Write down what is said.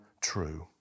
true